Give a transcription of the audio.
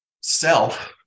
self